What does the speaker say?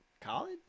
College